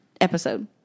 episode